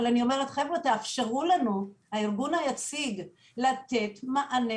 אבל תאפשרו לארגון היציג לתת מענה,